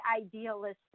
idealistic